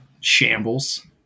shambles